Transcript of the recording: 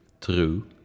True